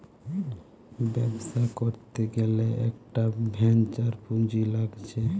ব্যবসা করতে গ্যালে একটা ভেঞ্চার পুঁজি লাগছে